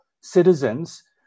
citizens